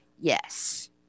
Yes